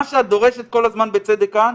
מה שאת דורשת כל הזמן, בצדק כאן,